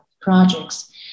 projects